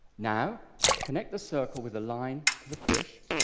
now connect the circle with a line to the fish.